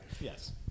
Yes